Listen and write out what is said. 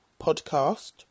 podcast